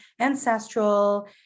ancestral